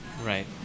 Right